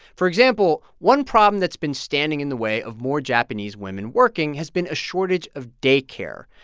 for example, one problem that's been standing in the way of more japanese women working has been a shortage of day care.